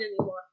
anymore